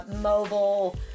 mobile